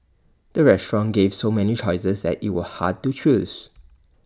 the restaurant gave so many choices that IT was hard to choose